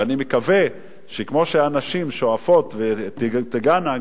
ואני מקווה שכמו שהנשים שואפות ותגענה,